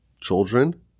children